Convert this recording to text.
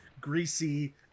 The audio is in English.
greasy